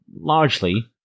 largely